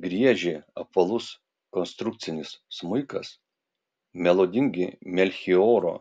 griežė apvalus konstrukcinis smuikas melodingi melchioro